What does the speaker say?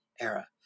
era